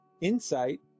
insight